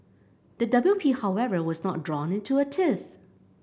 the W P However was not drawn into a tiff